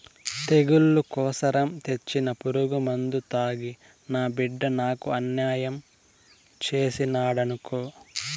తెగుళ్ల కోసరం తెచ్చిన పురుగుమందు తాగి నా బిడ్డ నాకు అన్యాయం చేసినాడనుకో